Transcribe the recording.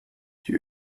die